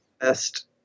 best